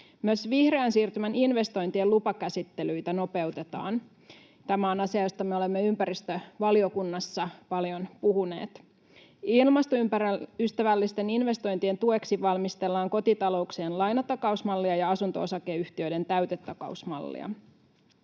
Myös vihreän siirtymän investointien lupakäsittelyitä nopeutetaan. Tämä on asia, josta me olemme ympäristövaliokunnassa paljon puhuneet. Ilmastoystävällisten investointien tueksi valmistellaan kotitalouksien lainatakausmallia ja asunto-osakeyhtiöiden täytetakausmallia.